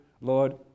Lord